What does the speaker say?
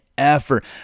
effort